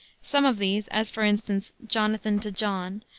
some of these, as, for instance, jonathan to john,